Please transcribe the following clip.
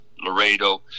Laredo